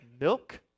milk